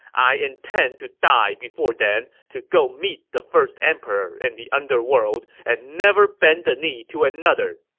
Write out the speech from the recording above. i intend to die before then to go meet the first emperor in the underworld and never bend the knee to another!